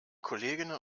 kolleginnen